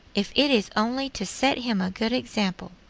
if it is only to set him a good example.